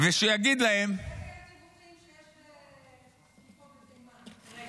כרגע יש דיווחים שיש תקיפות בתימן.